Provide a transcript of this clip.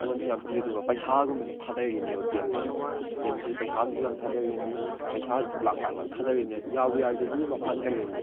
ꯃꯤꯉꯣꯟꯗꯁꯨ ꯌꯥꯝ ꯄꯤ ꯑꯗꯨꯒ ꯄꯩꯁꯥꯒꯨꯝꯕꯁꯨ ꯊꯥꯗꯔꯤꯝꯅꯦꯕ ꯒꯦꯝ ꯑꯁꯦ ꯒꯦꯝ ꯑꯁꯦ ꯄꯩꯁꯥꯗꯁꯨ ꯌꯥꯝ ꯊꯥꯗꯔꯤꯝꯅꯤ ꯄꯩꯁꯥ ꯂꯥꯈ ꯂꯥꯈ ꯂꯥꯈ ꯊꯥꯗꯔꯤꯝꯅꯤ ꯌꯥꯕꯨ ꯌꯥꯔꯗꯤ ꯃꯤ ꯑꯃ ꯍꯥꯠꯅꯔꯤꯝꯅꯤ